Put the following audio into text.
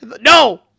No